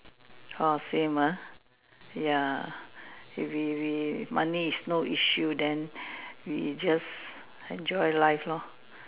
!wah! same ah ya if we we money is no issue then we just enjoy life lor